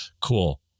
cool